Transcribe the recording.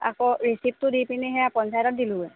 আকৌ ৰিচিপ্টটো দি পিনি সেয়া পঞ্চায়তত দিলোঁগৈ